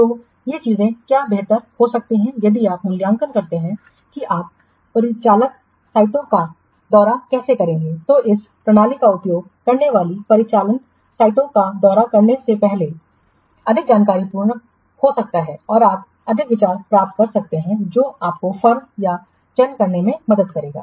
तो ये चीजें क्या बेहतर हो सकती हैं यदि आप मूल्यांकन करते हैं कि आप परिचालन साइटों का दौरा कैसे करेंगे तो इस प्रणाली का उपयोग करने वाली परिचालन साइटों का दौरा पहले से ही अधिक जानकारीपूर्ण हो सकता है और आप अधिक विचार प्राप्त कर सकते हैं जो आपको फर्म का चयन करने में मदद करेगा